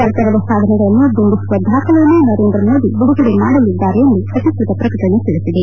ಸರ್ಕಾರದ ಸಾಧನೆಗಳನ್ನು ಬಿಂಬಿಸುವ ದಾಖಲೆಯನ್ನು ನರೇಂದ್ರಮೋದಿ ಬಿಡುಗಡೆ ಮಾಡಲಿದ್ದಾರೆ ಎಂದು ಅಧಿಕ ೃತ ಪ್ರಕಟಣೆ ತಿಳಿಸಿದೆ